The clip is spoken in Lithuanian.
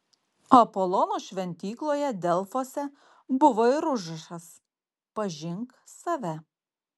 apolono šventykloje delfuose buvo ir užrašas pažink save